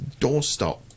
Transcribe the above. doorstop